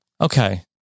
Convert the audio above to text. Okay